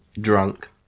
drunk